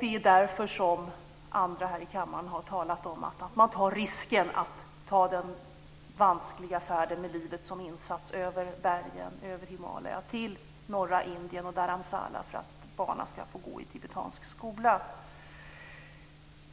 Det är därför som andra i kammaren har talat om att man tar risken att göra den vanskliga färden - med livet som insats - över Himalaya till norra Indien och Dharmshala för att barnen ska få gå i tibetansk skola.